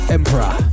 Emperor